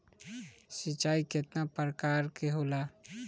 सिंचाई केतना प्रकार के होला?